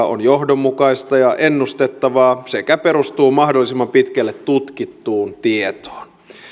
on johdonmukaista ja ennustettavaa sekä perustuu mahdollisimman pitkälle tutkittuun tietoon